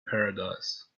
paradise